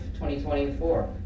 2024